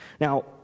Now